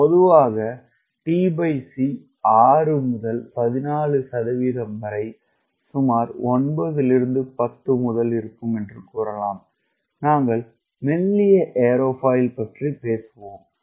பொதுவாக tc 6 முதல் 14 வரை சுமார் 9 10 இருக்கும் நாங்கள் மெல்லிய ஏரோபாயில் பற்றி பேசினோம்